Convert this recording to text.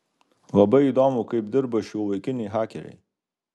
labai įdomu kaip dirba šiuolaikiniai hakeriai